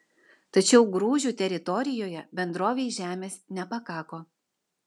tačiau grūžių teritorijoje bendrovei žemės nepakako